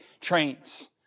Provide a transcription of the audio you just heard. trains